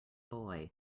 boy